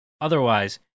otherwise